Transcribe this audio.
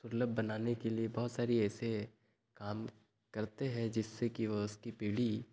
सुलभ बनाने के लिए बहुत सारी ऐसे काम करते हैं जिससे कि वो उसकी पीढ़ी